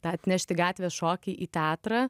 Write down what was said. tą atnešti gatvės šokį į teatrą